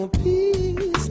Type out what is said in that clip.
peace